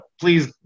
please